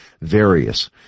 various